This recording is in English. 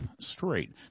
straight